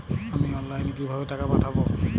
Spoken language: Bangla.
আমি অনলাইনে কিভাবে টাকা পাঠাব?